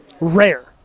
rare